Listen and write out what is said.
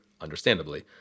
understandably